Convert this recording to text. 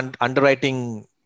underwriting